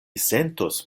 sentos